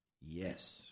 Yes